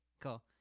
Cool